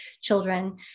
children